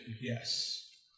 Yes